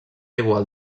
igual